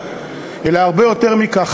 אלא הרבה יותר מכך,